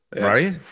right